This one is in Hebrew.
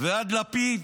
ועד לפיד.